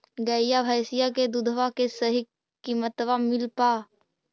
गईया भैसिया के दूधबा के सही किमतबा मिल पा?